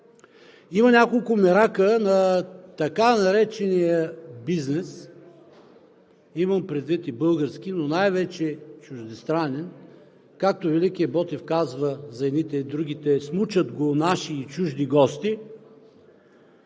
Има няколко мерака на така наречения бизнес, имам предвид и български, но най-вече чуждестранен. Както великият Ботев казва за едните и другите: „смучат го наши и чужди гости“.